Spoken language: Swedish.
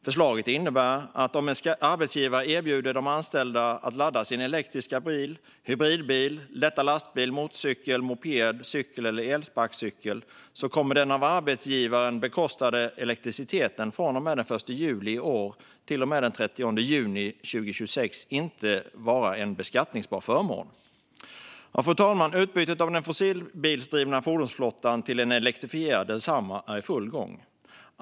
Förslaget innebär att om en arbetsgivare erbjuder de anställda att ladda sin elektriska eller bil, hybridbil, lätta lastbil, motorcykel, moped, cykel eller elsparkcykel kommer den av arbetsgivaren bekostade elektriciteten från och med den 1 juli i år till och med den 30 juni 2026 inte att vara en beskattningsbar förmån. Fru talman! Utbytet av den fossildrivna fordonsflottan till en elektrifierad är i full gång.